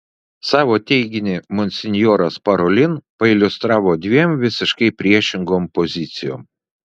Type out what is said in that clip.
savo teiginį monsinjoras parolin pailiustravo dviem visiškai priešingom pozicijom